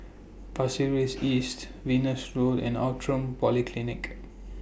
Pasir Ris East Venus Road and Outram Polyclinic